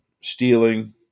stealing